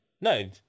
No